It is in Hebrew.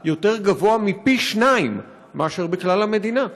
גבוה יותר מפי שניים מאשר בכלל המדינה,